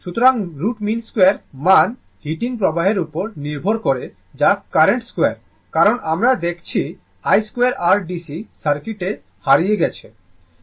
সুতরাং root mean 2 মান heating প্রভাবের উপর নির্ভর করে যা কার্রেন্টের 2 কারণ আমরা দেখেছি i 2 r DC সার্কিটে হারিয়ে গেছে